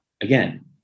again